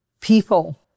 people